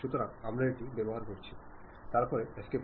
അതിനാൽ ആശയവിനിമയം ഒരു പ്രക്രിയയാണെന്ന് നമുക്ക് പറയാൻ കഴിയും